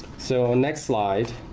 so next slide,